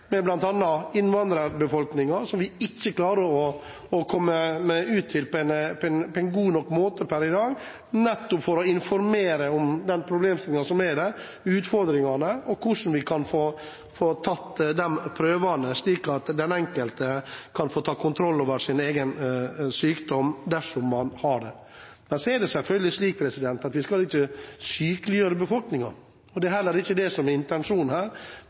med bl.a. innvandrerbefolkningen, som vi ikke klarer å komme ut til på en god nok måte per i dag, for å informere om den problemstillingen som er der, om utfordringene og om hvordan vi kan få tatt disse prøvene, slik at den enkelte kan ta kontroll over sin egen sykdom – dersom man har en. Så skal vi selvfølgelig ikke sykeliggjøre befolkningen. Det er heller ikke det som er intensjonen. Men det jeg tror vi er nødt til å få på plass her,